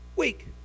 week